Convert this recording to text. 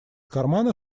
кармана